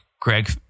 Greg